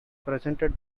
presented